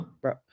bro